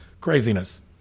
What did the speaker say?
craziness